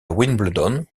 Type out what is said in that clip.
wimbledon